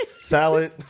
salad